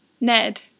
Ned